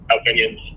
opinions